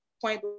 Point